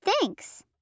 Thanks